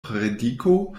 prediku